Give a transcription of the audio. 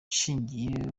nshingiye